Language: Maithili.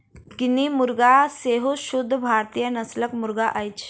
गिनी मुर्गा सेहो शुद्ध भारतीय नस्लक मुर्गा अछि